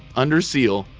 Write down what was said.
under seal,